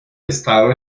estado